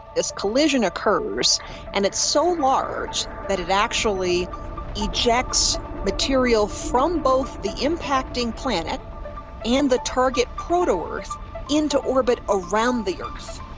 this collision occurs and it's so large that it actually ejects material from both the impacting planet and the target proto-earth into orbit around the earth,